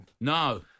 no